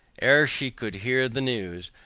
ere she could hear the news,